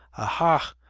aha!